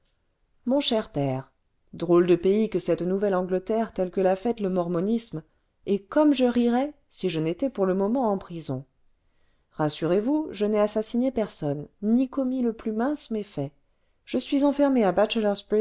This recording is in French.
mon cher père drôle de pays que cette nouvelle-angleterre telle que l'a faite le mormonisme et comme je rirais si je n'étais pour le moment en prison rassurez-vous je n'ai assassiné personne ni commis le plus mince méfait je suis enfermé à